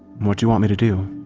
what do you want me to do?